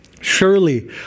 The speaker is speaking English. surely